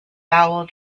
bowel